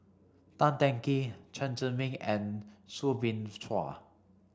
Tan Teng Kee Chen Zhiming and Soo Bin Chua